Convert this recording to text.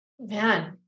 man